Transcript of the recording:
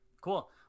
Cool